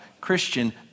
Christian